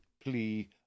plea